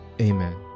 Amen